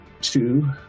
Two